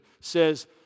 says